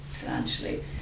financially